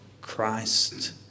Christ